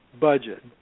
budget